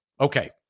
Okay